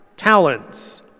talents